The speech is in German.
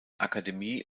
akademie